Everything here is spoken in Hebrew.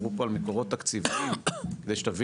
דיברו פה על מקורות תקציביים ושתבינו,